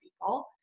people